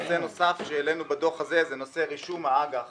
נושא נוסף שהעלינו בדוח הזה זה נושא רישום האג"ח